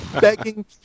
begging